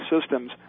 systems